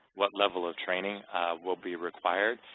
what level of training will be required,